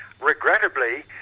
regrettably